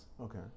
Okay